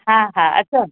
हा हा अचो